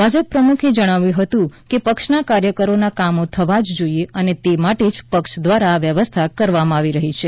ભાજપ પ્રમુખે જણાવ્યું હતું કે પક્ષના કાર્યકરોના કામો થવા જોઈએ અને તે માટે જ પક્ષ દ્વારા આ વ્યવસ્થા કરવામાં આવી રહી છે